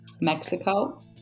Mexico